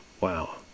Wow